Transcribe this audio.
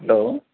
hello